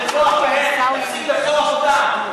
תפסיק לטבוח בהם, תפסיק לרצוח אותם.